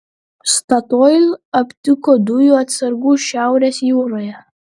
statoil aptiko dujų atsargų šiaurės jūroje